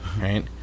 right